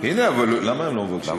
הם לא מבקשים ועדה.